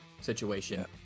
situation